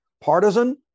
partisan